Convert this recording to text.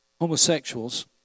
homosexuals